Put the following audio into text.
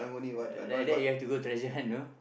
yeah like that you have to go treasure hunt you know